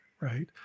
right